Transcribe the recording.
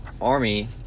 Army